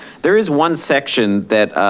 there is one section that,